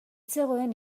zegoen